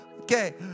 Okay